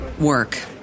work